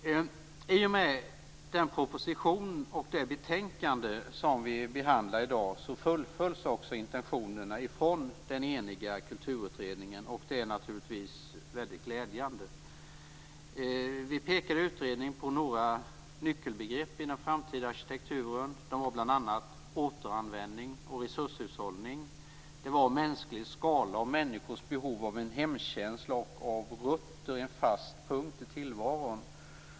I och med den proposition och det betänkande som vi i dag behandlar fullföljs också intentionerna från den eniga kulturutredningen, vilket naturligtvis är mycket glädjande. Vi pekar i utredningen på några nyckelbegrepp i den framtida arkitekturen, bl.a. återanvändning, resurshushållning, mänsklig skala och människors behov av en hemkänsla och en fast punkt i tillvaron.